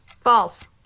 False